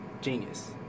genius